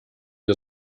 wir